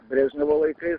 brežnevo laikais